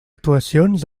actuacions